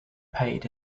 paid